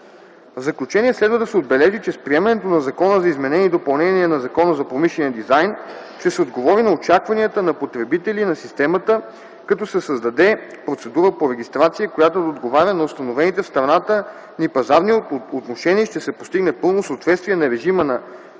В заключение следва да се отбележи, че с приемането на Закона за изменение и допълнение на Закона за промишления дизайн ще се отговори на очакванията на потребители на системата, като се създаде процедура по регистрация, която да отговаря на установените в страната ни пазарни отношения, и ще се постигне пълно съответствие на режима на предоставяне